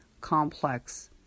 complex